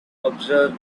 observe